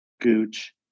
Gooch